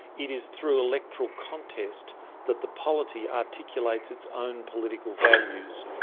it is through electoral contest that the polity articulates its own political values,